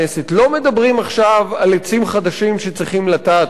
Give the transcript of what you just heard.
לא מדברים עכשיו על עצים חדשים שצריכים לטעת אותם,